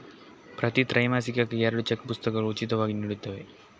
ಪ್ರತಿ ತ್ರೈಮಾಸಿಕಕ್ಕೆ ಎರಡು ಚೆಕ್ ಪುಸ್ತಕಗಳು ಉಚಿತವಾಗಿ ನೀಡುತ್ತವೆ